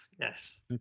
yes